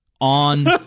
on